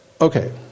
Okay